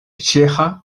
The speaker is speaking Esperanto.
ĉeĥa